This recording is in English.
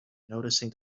noticing